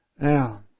Now